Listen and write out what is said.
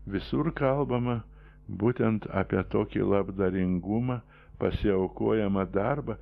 visur kalbama būtent apie tokį labdaringumą pasiaukojamą darbą